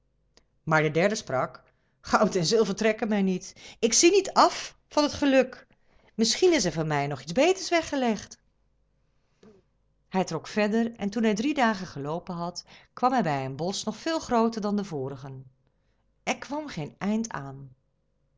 maar de derde sprak goud en zilver trekt mij niet ik zie niet van het geluk af misschien is er voor mij nog iets beters weggelegd hij trok verder en toen hij drie dagen geloopen had kwam hij bij een bosch nog veel grooter dan de vorigen er kwam geen eind aan